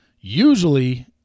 usually –